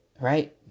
right